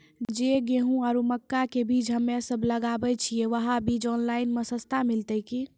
जे गेहूँ आरु मक्का के बीज हमे सब लगावे छिये वहा बीज ऑनलाइन मे सस्ता मिलते की?